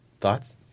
Thoughts